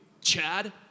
Chad